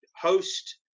host